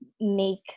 make